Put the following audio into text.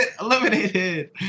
eliminated